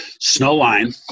Snowline